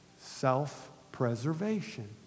Self-preservation